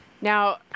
Now